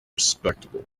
respectable